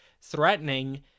threatening